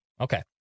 Okay